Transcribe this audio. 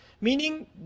meaning